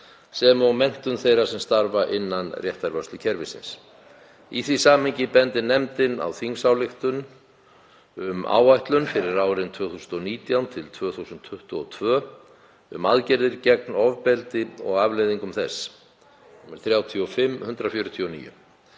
sem og menntun þeirra sem starfa innan réttarvörslukerfisins. Í því samhengi bendir nefndin á þingsályktun um áætlun fyrir árin 2019–2022 um aðgerðir gegn ofbeldi og afleiðingum þess, nr.